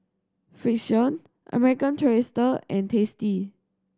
Frixion American Tourister and Tasty